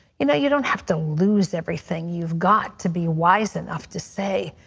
you know you don't have to lose everything you've got to be wise enough to say,